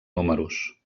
números